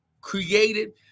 created